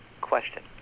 question